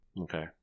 Okay